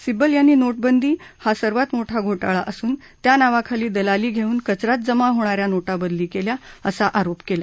सिब्बल यांनी नोटबंदी हा सर्वात मोठा घोटाळा असून त्या नावाखाली दलाली घेऊन कचऱ्यात जमा होणाऱ्या नोटा बदली केल्या असा आरोप केला